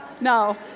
No